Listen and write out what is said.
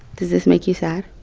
does this make you sad?